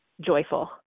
joyful